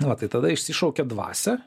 nu va tai tada išsišaukia dvasią